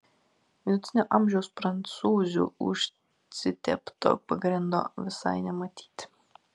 vidutinio amžiaus prancūzių užsitepto pagrindo visai nematyti